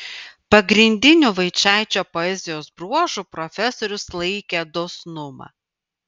pagrindiniu vaičaičio poezijos bruožu profesorius laikė dosnumą